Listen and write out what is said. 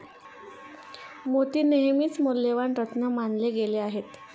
मोती नेहमीच मौल्यवान रत्न मानले गेले आहेत